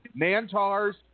Mantar's